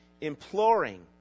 Imploring